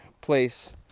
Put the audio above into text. place